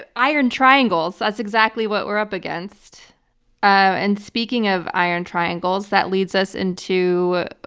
ah iron triangles, that's exactly what we're up against and speaking of iron triangles, that leads us into